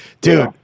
Dude